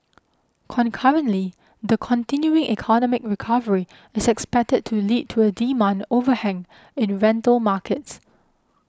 concurrently the continuing economic recovery is expected to lead to a demand overhang in rental markets